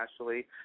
Ashley